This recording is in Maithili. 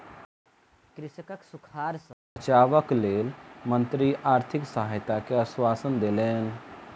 कृषकक सूखाड़ सॅ बचावक लेल मंत्री आर्थिक सहायता के आश्वासन देलैन